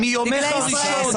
דגלי ישראל.